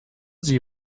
sie